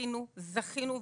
שזכינו זכינו,